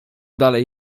dalej